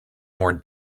more